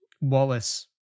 Wallace